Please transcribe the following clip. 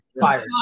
fired